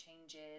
changes